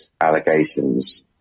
allegations